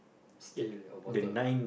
stay a water